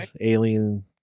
alien